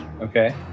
Okay